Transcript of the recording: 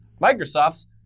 Microsoft's